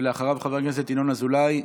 ואחריו, חבר הכנסת ינון אזולאי.